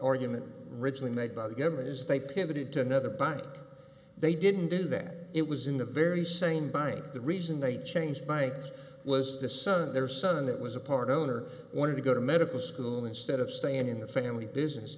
argument ridgeley made by the government is they pivoted to another bank they didn't do that it was in the very same bind the reason they changed banks was the son their son that was a part owner wanted to go to medical school instead of staying in the family business